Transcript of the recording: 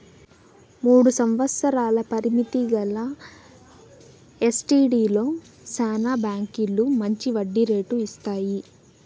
మూడు సంవత్సరాల పరిమితి గల ఎస్టీడీలో శానా బాంకీలు మంచి వడ్డీ రేటు ఇస్తాయి